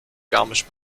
garmisch